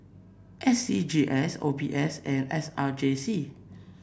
S C G S O B S and S R J C